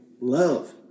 love